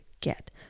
get